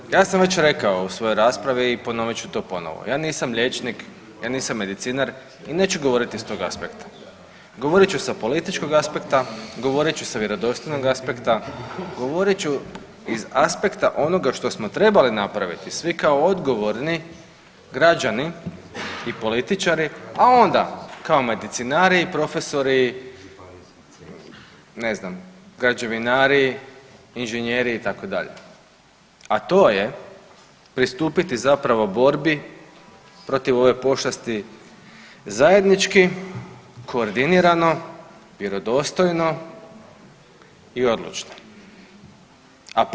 Dakle, ja sam već rekao u svojoj raspravi i ponovit ću to ponovo, ja nisam liječnik, ja nisam medicinar i neću govoriti s tog aspekta, govorit ću s političkog aspekta, govorit ću vjerodostojnog aspekta, govorit ću iz aspekta onoga što smo trebali napraviti svi kao odgovorni građani i političari, a onda kao medicinari, profesori ne znam građevinari, inženjeri itd., a to je pristupiti zapravo borbi protiv ove pošasti zajednički koordinirano, vjerodostojno i odlučno.